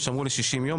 יישמרו ל-60 יום.